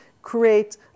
create